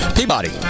Peabody